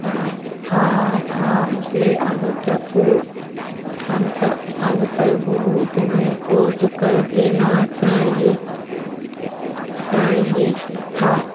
ہاں ہاں ہاں اسے اب تک ہم تا اب تک گروپ میں پوسٹ کردینا چاہیے چاہیے تھا